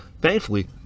thankfully